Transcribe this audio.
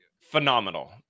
phenomenal